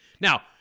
Now